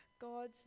God